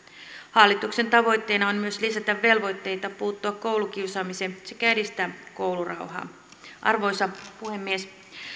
hallituksen tavoitteena on myös lisätä velvoitteita puuttua koulukiusaamiseen sekä edistää koulurauhaa arvoisa puhemies